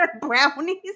brownies